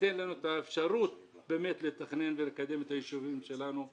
וייתן לנו את האפשרות לתכנן ולקדם את היישובים שלנו.